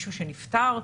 מישהו שנפטר.